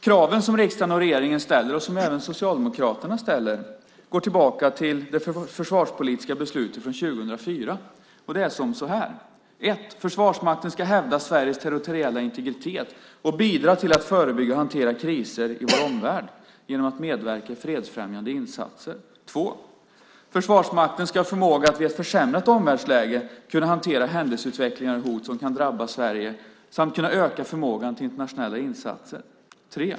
Kraven som riksdagen och regeringen ställer och som även Socialdemokraterna ställer går tillbaka till det försvarspolitiska beslutet från 2004. Det lyder så här: 1. Försvarsmakten ska hävda Sveriges territoriella integritet och bidra till att förebygga och hantera kriser i vår omvärld genom att medverka i fredsfrämjande insatser. 2. Försvarsmakten ska ha förmåga att vid ett försämrat omvärldsläge kunna hantera händelseutvecklingen och hot som kan drabba Sverige samt kunna öka förmågan till internationella insatser. 3.